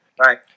Right